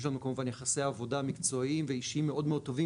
יש לנו כמובן יחסי עבודה מקצועיים ואישיים מאוד טובים